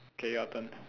okay your turn